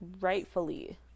rightfully